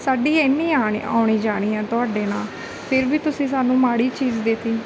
ਸਾਡੀ ਐਨੀ ਆਉਣੀ ਆਉਣੀ ਜਾਣੀ ਹੈ ਤੁਹਾਡੇ ਨਾਲ ਫਿਰ ਵੀ ਤੁਸੀਂ ਸਾਨੂੰ ਮਾੜੀ ਚੀਜ਼ ਦੇ ਤੀ